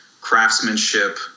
craftsmanship